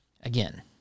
again